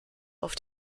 auf